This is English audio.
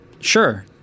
Sure